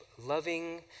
loving